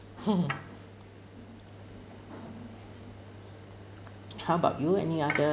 hmm how about you any other